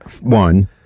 one